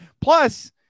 plus